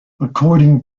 according